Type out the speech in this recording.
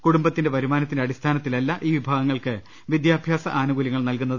കുടുംബത്തിന്റെ വരു മാനത്തിന്റെ അടിസ്ഥാനത്തിലല്ല ഈ വിഭാഗങ്ങൾക്ക് വിദ്യാഭ്യാസ ആനുകൂല്യങ്ങൾ നൽകുന്നത്